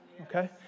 Okay